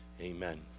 amen